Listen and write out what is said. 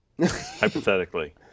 Hypothetically